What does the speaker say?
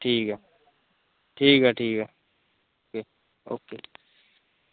ठीक ऐ ठीक ऐ ठीक ऐ ओके